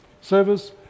service